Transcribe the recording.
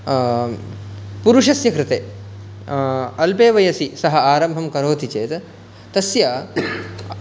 पुरुषस्य कृते अल्पे वयसि सः आरम्भं करोति चेत् तस्य